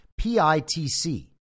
PITC